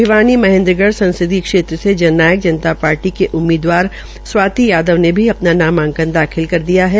भिवानी के महेन्द्रगढ़ संसदीय क्षेत्र से जन नायक जनता पार्टी के उम्मीदवार स्वाति यादव ने अपना नामांकन दाखिल कर दिया है